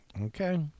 Okay